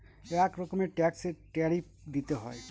এক রকমের ট্যাক্সে ট্যারিফ দিতে হয়